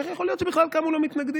איך יכול להיות שבכלל קמו לו מתנגדים,